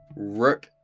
Rook